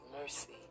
mercy